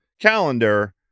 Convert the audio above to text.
calendar